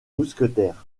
mousquetaires